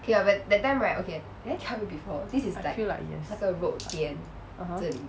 I feel like yes (uh huh)